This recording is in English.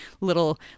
little